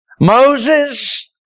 Moses